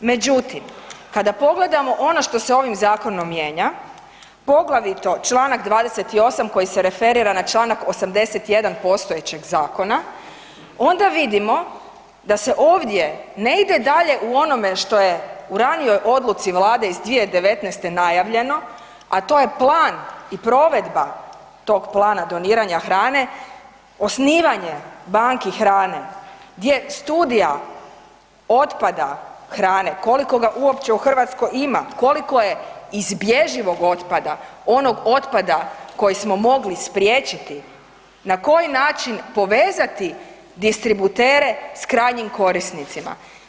Međutim, kada pogledamo ono što se ovim zakonom mijenja, poglavito Članak 28. koji se referira na Članak 81. postojećeg zakona onda vidimo da se ovdje ne ide dalje u onome što je u ranijoj odluci Vlade iz 2019. najavljeno, a to je plan i provedba tog plana doniranja hrane, osnivanje banki hrane gdje studija otpada hrane koliko ga uopće u Hrvatskoj ima, koliko izbježivog otpada onog otpada koji smo mogli spriječiti, na koji način povezati distributere s krajnjim korisnicima.